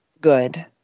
good